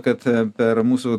kad per mūsų